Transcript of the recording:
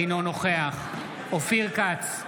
אינו נוכח אופיר כץ,